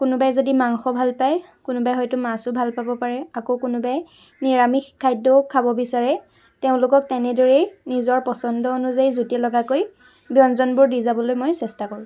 কোনোবাই যদি মাংস ভাল পাই কোনোবাই হয়তো মাছো ভাল পাব পাৰে আকৌ কোনোবাই নিৰামিষ খাদ্যও খাব বিচাৰে তেওঁলোকক তেনেদৰেই নিজৰ পচন্দ অনুযায়ী জুতি লগাকৈ ব্যঞ্জনবোৰ দি যাবলৈ মই চেষ্টা কৰোঁ